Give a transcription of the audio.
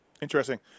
Interesting